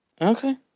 Okay